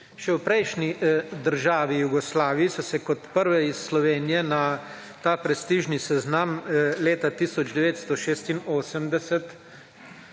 Še v prejšnji državi Jugoslaviji so se kot prve iz Slovenije na ta prestižni seznam leta 1986